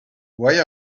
why